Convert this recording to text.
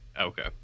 Okay